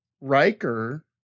Riker